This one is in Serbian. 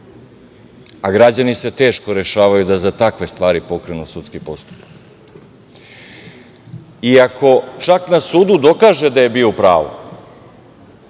a građani se teško rešavaju da za takve stvari pokrenu sudski postupak i ako čak na sudu dokaže da je bio u pravu